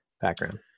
background